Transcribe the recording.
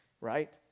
right